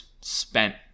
spent